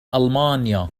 ألمانيا